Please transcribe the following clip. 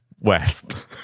west